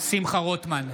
שמחה רוטמן,